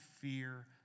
fear